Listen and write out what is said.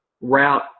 route